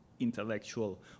intellectual